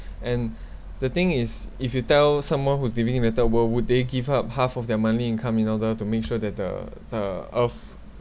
and the thing is if you tell someone who's living in the third world would they give up half of their monthly income in order to make sure that the the earth